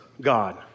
God